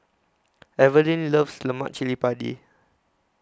Evelin loves Lemak Cili Padi